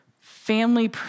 family